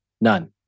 None